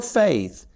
faith